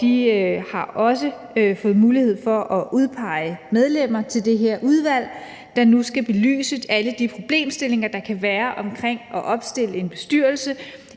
de har også fået mulighed for at udpege medlemmer til det her udvalg, der nu skal belyse alle de problemstillinger, der kan være omkring at opstille en bestyrelse,